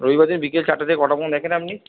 রবিবার দিন বিকেল চারটে থেকে কটা পর্যন্ত দেখেন আপনি